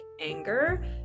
anger